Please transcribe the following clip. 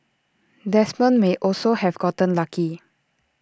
Desmond may also have gotten lucky